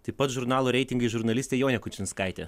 taip pat žurnalo reitingai žurnalistė jonė kučinskaitė